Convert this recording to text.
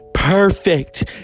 Perfect